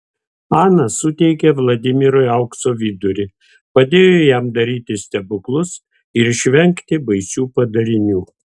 ana suteikė vladimirui aukso vidurį padėjo jam daryti stebuklus ir išvengti baisių padarinių